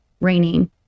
Raining